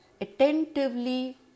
attentively